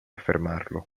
affermarlo